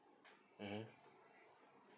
mmhmm